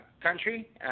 country